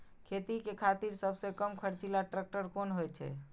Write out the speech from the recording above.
खेती के खातिर सबसे कम खर्चीला ट्रेक्टर कोन होई छै?